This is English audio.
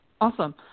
Awesome